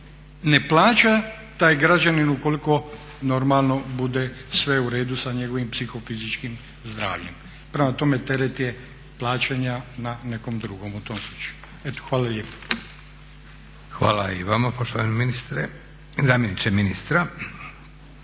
ne plaća taj građanin ukoliko normalno bude sve u redu sa njegovim psiho-fizičkim zdravljem. Prema tome, teret je plaćanja na nekom drugom u tom slučaju. Eto hvala lijepo. **Leko, Josip